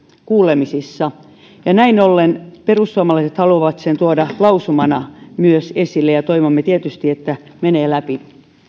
kuulemisissa näin ollen perussuomalaiset haluaa tuoda sen myös lausumana esille ja toivomme tietysti että se menee läpi